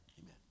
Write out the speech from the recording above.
Amen